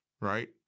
right